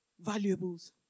valuables